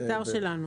כן, באתר שלנו.